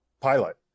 pilot